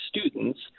students